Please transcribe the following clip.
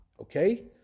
okay